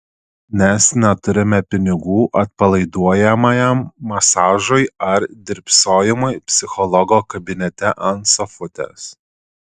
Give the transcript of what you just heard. nes neturime pinigų atpalaiduojamajam masažui ar drybsojimui psichologo kabinete ant sofutės